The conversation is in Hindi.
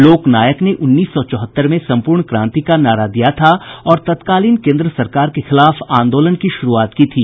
लोकनायक उन्नीस सौ चौहत्तर में सम्पूर्ण क्रांति का नारा दिया था और तत्कालीन केन्द्र सरकार के खिलाफ आंदोलन की शुरूआत की थी